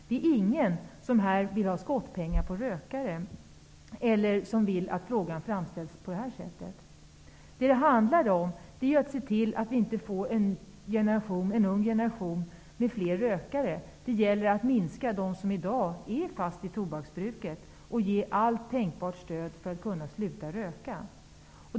Det är ingen här som vill ha skottpengar på rökare eller som vill att frågan framställs på det här sättet. Vad det handlar om är att se till att vi inte får en ung generation med fler rökare. Det gäller att minska antalet människor som i dag är fast i tobaksbruket och ge dem allt tänkbart stöd för att de skall kunna sluta röka.